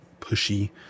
pushy